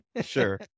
sure